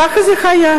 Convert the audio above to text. ככה זה היה,